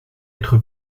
être